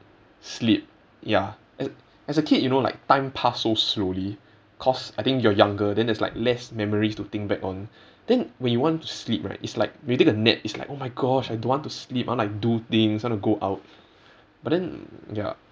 sleep ya as as a kid you know like time pass so slowly cause I think you're younger then there's like less memories to think back on then when you want to sleep right it's like when you take a nap it's like oh my gosh I don't want to sleep I want like do things I want to go out but then ya